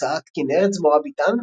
הוצאת כנרת זמורה ביתן,